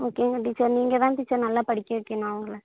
ஓகேங்க டீச்சர் நீங்கள்தான் டீச்சர் நல்லா படிக்க வைக்கணும் அவங்கள